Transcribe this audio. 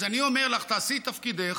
אז אני אומר לך: תעשי את תפקידך,